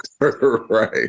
right